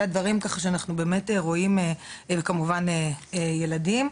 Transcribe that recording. אלה הדברים שאנחנו רואים בהם ילדים,